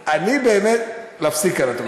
לפרוש בשיא, את אומרת: להפסיק כאן.